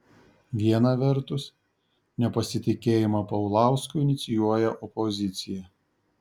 viena vertus nepasitikėjimą paulausku inicijuoja opozicija